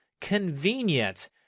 Convenient